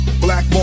Black